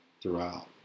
throughout